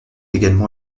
également